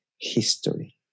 history